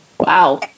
Wow